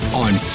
on